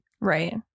Right